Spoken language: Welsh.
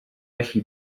felly